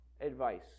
advice